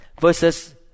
verses